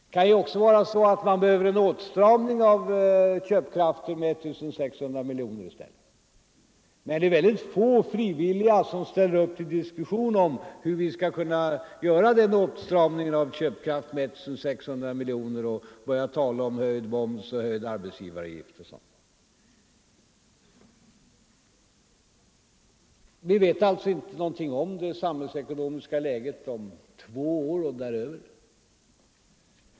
Det kan i stället vara så, att man behöver en åtstramning av köpkraften med 1 600 miljoner. Men det är väldigt få frivilliga som ställer upp till diskussion om hur denna åtstramning av köpkraften med 1600 miljoner skall åstadkommas, t.ex. med hjälp av höjd moms, höjd arbetsgivaravgift eller någonting sådant. Vi vet ingenting om det samhällsekonomiska läget om två år och därefter.